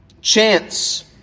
Chance